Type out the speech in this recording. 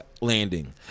landing